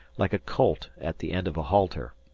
like a colt at the end of a halter.